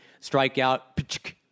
strikeout